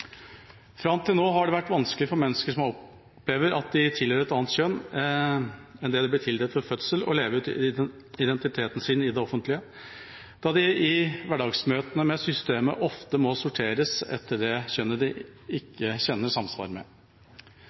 Fram til nå har det vært vanskelig for mennesker som opplever at de tilhører et annet kjønn enn det de ble tildelt ved fødsel, å leve ut identiteten sin i det offentlige, da de i hverdagsmøtene med systemet ofte må sorteres etter det kjønnet de ikke kjenner samsvar med.